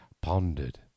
pondered